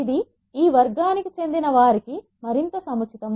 ఇది ఈ వర్గానికి చెందిన వారికి మరింత సముచితం